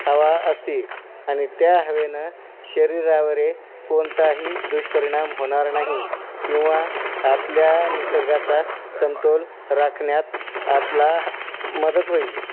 हवा असते आणि त्या हवेनं शरीरावर कोणताही दुष्परिणाम होणार नाही किंवा आपल्या निसर्गाचा समतोल राखण्यात आपला ह मदत होईल